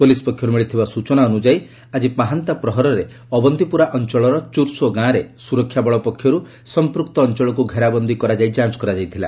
police ପକ୍ଷରୁ ମିଳିଥିବା ସ୍ବଚନା ଅନୁଯାୟୀ ଆଜି ପାହାନ୍ତା ପ୍ରହରରେ ଅବନ୍ତିପୁରା ଅଞ୍ଚଳର ଚୂର୍ସୋ ଗାଁରେ ସୁରକ୍ଷାବଳ ପକ୍ଷରୁ ସଂପୃକ୍ତ ଅଞ୍ଚଳକୁ ଘେରାବନ୍ଦି କରାଯାଇ ଯାଞ୍ଚ୍ କରାଯାଇଥିଲା